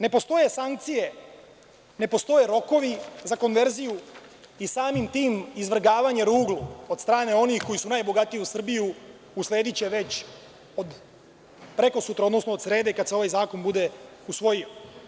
Ne postoje sankcije, ne postoje rokovi za konverziju i samim tim izvrgavanje ruglu od strane onih koji su najbogatiji u Srbiji uslediće već od prekosutra, odnosno od srede, kada se ovaj zakon bude usvojio.